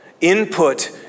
Input